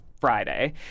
Friday